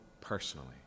personally